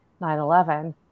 9-11